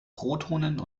protonen